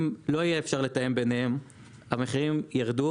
אם לא יהיה אפשר לתאם ביניהם המחירים יירדו